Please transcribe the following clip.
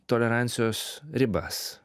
tolerancijos ribas